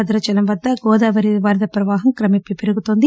భద్రాచలం వద్ద గోదావరి వరద ప్రవాహం క్రమేపీ పెరుగుతోంది